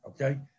okay